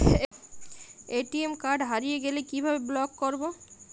ATM card হারিয়ে গেলে কিভাবে ব্লক করবো?